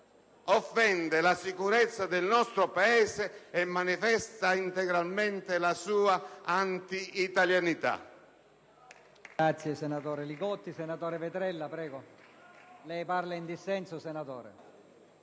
offende la sicurezza del nostro Paese e manifesta integralmente la sua anti-italianità.